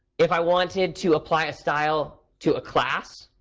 if i wanted to apply a style to a class,